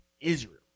Israel